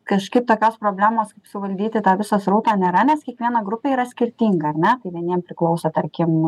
kažkaip tokios problemos kaip suvaldyti tą visą srautą nėra nes kiekviena grupė yra skirtinga ar ne tai vieniem priklauso tarkim